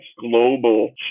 global